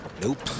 Nope